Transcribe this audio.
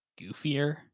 goofier